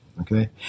Okay